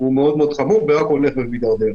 מאוד מאוד חמור ורק הולך ומידרדר.